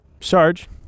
Sarge